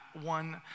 one